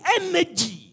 energy